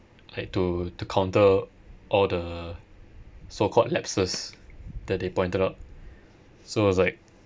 like to to counter all the so called lapses that they pointed out so it's like